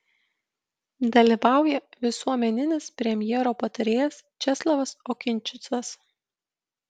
dalyvauja visuomeninis premjero patarėjas česlavas okinčicas